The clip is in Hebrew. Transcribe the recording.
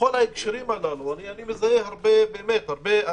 בכל ההקשרים הללו אני מזהה הרבה בעיות.